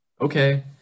Okay